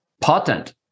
potent